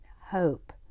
hope